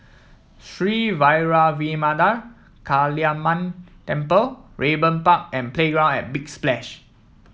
Sri Vairavimada Kaliamman Temple Raeburn Park and Playground at Big Splash